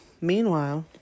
meanwhile